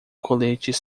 coletes